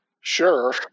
sure